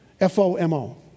F-O-M-O